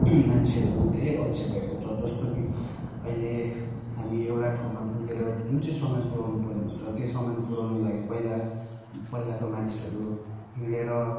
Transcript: मान्छेहरू धेरै अल्छे भएको छ जस्तो कि अहिले हामी एउटा ठाउँमा पुगेर जुन चाहिँ सामान पुऱ्याउनु पर्ने हुन्छ त्यो समान पुऱ्याउनुको लागि पहिला पहिलाको मानिसहरू हिँडेर